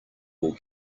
will